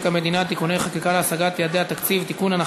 המדינה (תיקוני חקיקה להשגת יעדי התקציב) (תיקון,